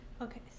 Okay